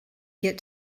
get